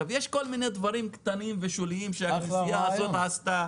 יש כל מיני דברים קטנים ושוליים שכנסיות מסוימות עשו,